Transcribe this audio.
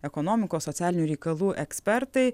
ekonomikos socialinių reikalų ekspertai